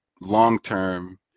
long-term